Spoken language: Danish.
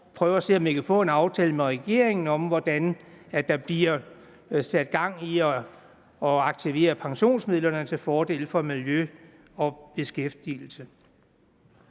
år prøve at se, om vi kan få en aftale med regeringen om, hvordan der bliver sat gang i at aktivere pensionsmidlerne til fordel for miljø og beskæftigelse.